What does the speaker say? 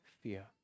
fear